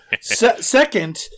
Second